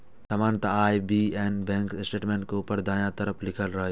सामान्यतः IBAN bank statement के ऊपर दायां तरफ लिखल रहै छै